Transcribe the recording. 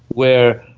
where